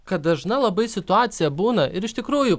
kad dažna labai situacija būna ir iš tikrųjų